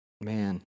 Man